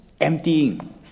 emptying